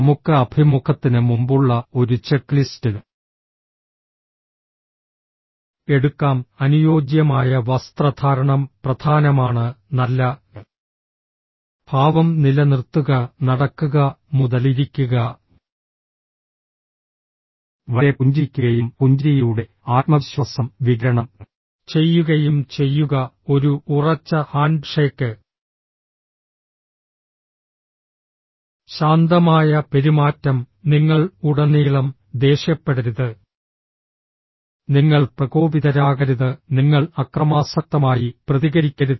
നമുക്ക് അഭിമുഖത്തിന് മുമ്പുള്ള ഒരു ചെക്ക്ലിസ്റ്റ് എടുക്കാം അനുയോജ്യമായ വസ്ത്രധാരണം പ്രധാനമാണ് നല്ല ഭാവം നിലനിർത്തുക നടക്കുക മുതൽ ഇരിക്കുക വരെ പുഞ്ചിരിക്കുകയും പുഞ്ചിരിയിലൂടെ ആത്മവിശ്വാസം വികിരണം ചെയ്യുകയും ചെയ്യുക ഒരു ഉറച്ച ഹാൻഡ്ഷേക്ക് ശാന്തമായ പെരുമാറ്റം നിങ്ങൾ ഉടനീളം ദേഷ്യപ്പെടരുത് നിങ്ങൾ പ്രകോപിതരാകരുത് നിങ്ങൾ അക്രമാസക്തമായി പ്രതികരിക്കരുത്